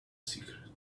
secret